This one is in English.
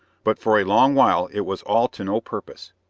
but for a long while it was all to no purpose.